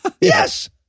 yes